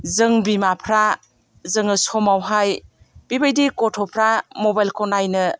जों बिमाफ्रा जोङो समावहाय बिबायदि गथ'फ्रा मबाइलखौ नायनो